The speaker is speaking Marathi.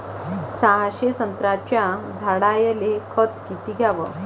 सहाशे संत्र्याच्या झाडायले खत किती घ्याव?